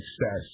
success